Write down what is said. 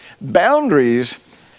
Boundaries